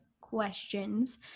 questions